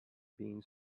being